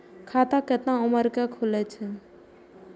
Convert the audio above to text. खाता केतना उम्र के खुले छै?